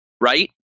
right